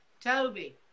Toby